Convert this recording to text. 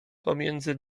pomiędzy